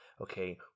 okay